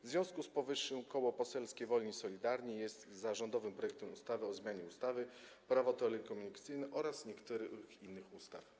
W związku z powyższym Koło Poselskie Wolni i Solidarni jest za rządowym projektem ustawy o zmianie ustawy Prawo telekomunikacyjne oraz niektórych innych ustaw.